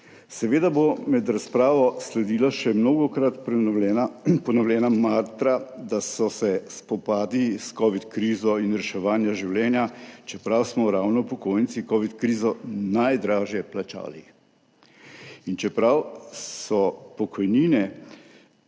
Seveda bo med razpravo sledila še mnogokrat ponovljena mantra, da so se spopadli s covid krizo in reševanjem življenj, čeprav smo ravno upokojenci covid krizo najdražje plačali in čeprav so pokojnine